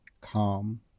calm